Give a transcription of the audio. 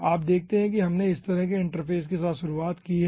आप देखते हैं कि हमने इस तरह के इंटरफेस के साथ शुरुआत की है